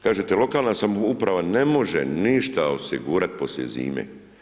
Kažete lokalna samouprava ne može ništa osigurat poslije zime.